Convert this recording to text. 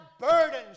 burdens